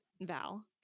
Val